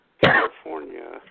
California